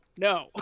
no